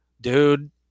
Dude